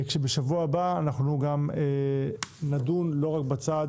כשבשבוע הבא אנחנו גם נדון לא רק בצד